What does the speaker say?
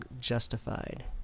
justified